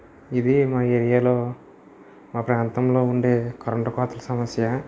ఇది మా ఏరియా లో మా ప్రాంతంలో ఉండే కరెంటు కోతల సమస్య